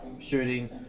shooting